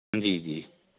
जी जी